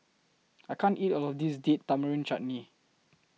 I can't eat All of This Date Tamarind Chutney